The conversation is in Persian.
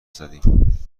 زدم